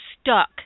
stuck